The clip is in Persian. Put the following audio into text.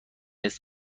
اسم